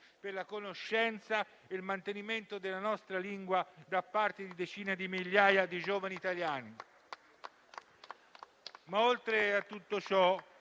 per la conoscenza e il mantenimento della nostra lingua da parte di decine di migliaia di giovani italiani. Oltre a tutto ciò,